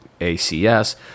ACS